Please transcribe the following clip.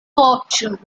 fortune